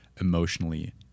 emotionally